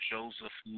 Joseph